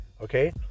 okay